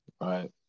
right